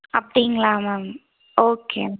அப்படிங்களா ma'am okay